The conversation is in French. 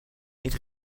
ils